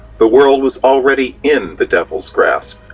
the world was already in the devil's grasp.